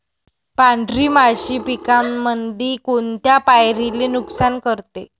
पांढरी माशी पिकामंदी कोनत्या पायरीले नुकसान करते?